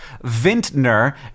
vintner